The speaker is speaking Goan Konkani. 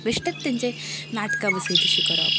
बेश्टेंच तेंचेर नाटकां बसयतशी करप